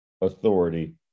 authority